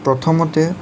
প্ৰথমতে